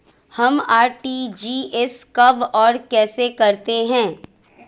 हम आर.टी.जी.एस कब और कैसे करते हैं?